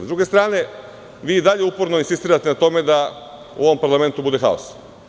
S druge strane, vi i dalje insistirate uporno na tome da u ovom parlamentu bude haos.